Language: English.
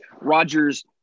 Rodgers –